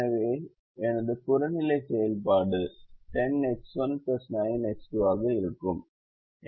எனவே எனது புறநிலை செயல்பாடு இது 10X1 9X2 ஆக இருக்கும்